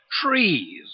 trees